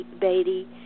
Beatty